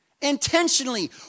Intentionally